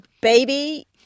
baby